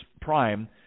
prime